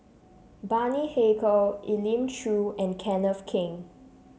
Bani Haykal Elim Chew and Kenneth Keng